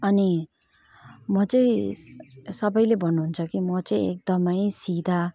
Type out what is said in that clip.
अनि म चाहिँ सबैले भन्नुहुन्छ कि म चाहिँ एकदमै सिधा